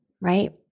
right